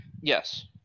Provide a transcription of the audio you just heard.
yes